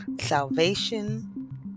Salvation